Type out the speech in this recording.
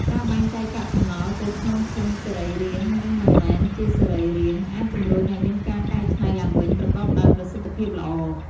ការបែងចែកកាកសំណល់ទៅក្នុងធុងសរីរាង្គ និងមិនមែនជាសរីរាង្គ អាចជំរុញឲ្យមានការកែច្នៃឡើងវិញប្រកបដោយប្រសិទ្ធភាពល្អ។